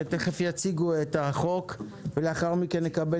שתיכף יציגו את החוק ולאחר מכן נקבל